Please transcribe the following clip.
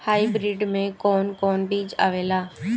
Hybrid में कोवन कोवन बीज आवेला?